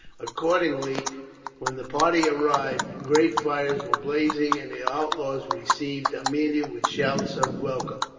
accordingly when the party arrived great fires were blazing, and the outlaws received aemilia with shouts of welcome.